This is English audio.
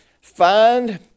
Find